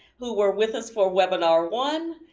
who were with us for webinar one.